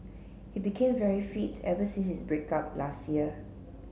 he became very fit ever since his break up last year